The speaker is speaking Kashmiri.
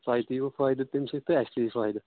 تۄہہِ تہِ یی وٕ فٲیِدٕ تَمہِ سۭتۍ تہٕ اَسہِ تہِ یی فٲیِدٕ